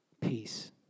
Peace